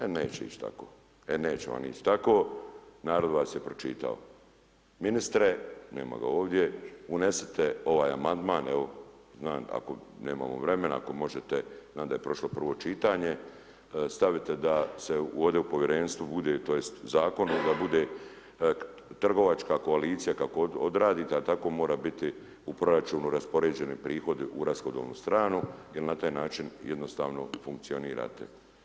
E neće ići tako, e neće vam ići tako narod vas je pročitao Ministre nema ga ovdje unesite ovaj amandman evo znam ako nemamo vremena ako možete znam da je prošlo prvo čitanje stavite da se ovde u povjerenstvu bude tj. zakonu da bude trgovačka koalicija kako odradite a tako mora biti u proračunu raspoređeni prihodi u rashodovnu stranu jel na taj način jednostavno funkcionirate.